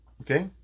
Okay